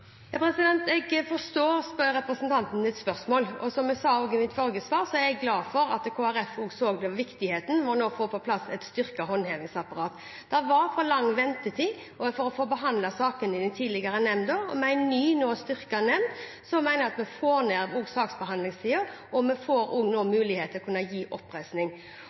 Jeg forstår representanten Bekkevolds spørsmål, og som jeg sa i mitt forrige svar, er jeg glad for at Kristelig Folkeparti så viktigheten av å få på plass et styrket håndhevingsapparat. Det var for lang ventetid for å få behandlet sakene i den tidligere nemnda, og nå, med en ny og styrket nemnd, mener jeg at vi får ned saksbehandlingstiden, og vi får nå også mulighet til å kunne gi oppreisning.